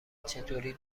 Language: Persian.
چطوری